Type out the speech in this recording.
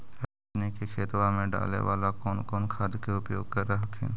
अपने के खेतबा मे डाले बाला कौन कौन खाद के उपयोग कर हखिन?